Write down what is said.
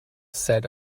said